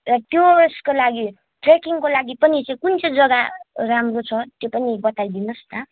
त्यसको लागि ट्रेकिङको लागि पनि त्यो कुन चाहिँ जग्गा राम्रो छ त्यो पनि बताइदिनुहोस् न